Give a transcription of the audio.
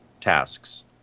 tasks